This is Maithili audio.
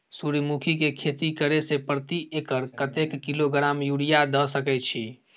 सूर्यमुखी के खेती करे से प्रति एकर कतेक किलोग्राम यूरिया द सके छी?